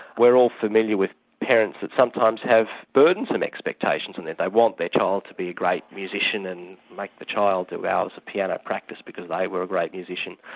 we're all familiar with parents that sometimes have burdens and expectations, and they they want their child to be great musician and make the child do hours of piano practice because they were a great musician.